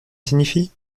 signifie